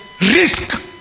Risk